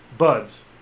buds